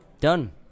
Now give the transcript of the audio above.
done